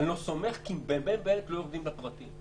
אני לא סומך כי הם לא יורדים לפרטים.